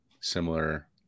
similar